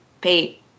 pay